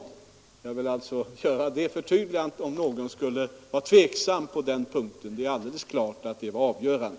Jag har velat göra det förtydligandet, för den händelse någon var tveksam på den punkten. Det är alldeles klart att kontrollen var det avgörande.